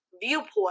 viewpoint